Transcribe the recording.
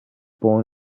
born